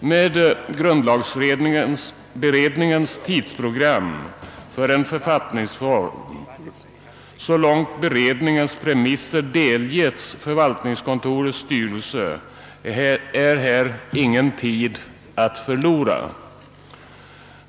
Med grundlagsberedningens tidsprogram för en författningsreform — så långt beredningens premisser delgivits förvaltningskontorets styrelse — är här ingen tid att förlora.